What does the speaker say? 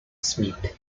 smith